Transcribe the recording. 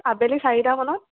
আবেলি চাৰিটামানত